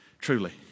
truly